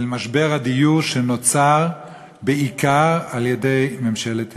אל משבר הדיור שנוצר בעיקר על-ידי ממשלת ישראל.